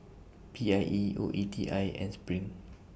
P I E O E T I and SPRING